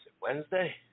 wednesday